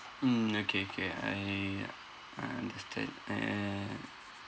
mm okay K I I understand and